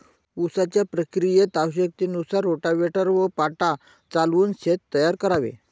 उसाच्या प्रक्रियेत आवश्यकतेनुसार रोटाव्हेटर व पाटा चालवून शेत तयार करावे